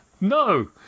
no